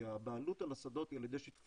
כי הבעלות על השדות היא על ידי שותפויות,